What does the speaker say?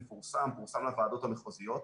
הוא פורסם לוועדות המחוזית.